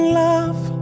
love